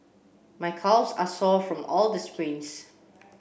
my calves are sore from all the sprints